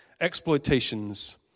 exploitations